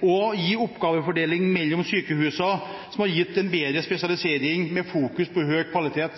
oppgavefordeling mellom sykehusene, noe som har gitt en bedre spesialisering med fokus på høy kvalitet.